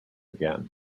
again